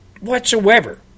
whatsoever